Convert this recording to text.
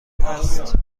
است